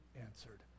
answered